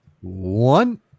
one